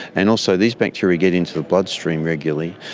and also these bacteria get into the bloodstream regularly,